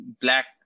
black